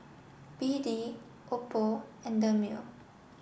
B D Oppo and Dermale